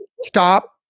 Stop